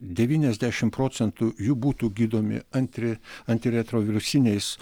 devyniasdešimt procentų jų būtų gydomi antri antriretrovirusiniais